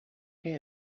pay